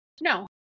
No